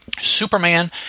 Superman